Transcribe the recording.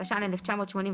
התש"ן-1989,